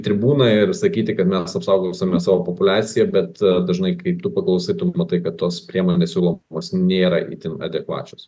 tribūną ir sakyti kad mes apsaugosime savo populiaciją bet dažnai kai tu paklausai tu matai kad tos priemonės siūlomos nėra itin adekvačios